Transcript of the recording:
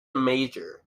major